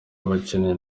abakene